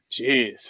Jeez